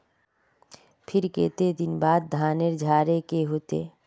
फिर केते दिन बाद धानेर झाड़े के होते?